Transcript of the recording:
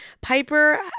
Piper